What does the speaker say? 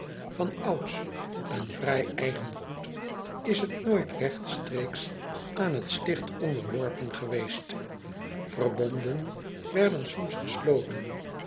an ouds een vrij eigen goed is het nooit regtstreeks aan het ticht onderworpen geweest erbonden werden soms gesloten